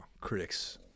critics